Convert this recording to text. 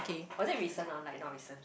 was it recent or like not recent